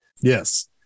yes